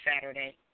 Saturday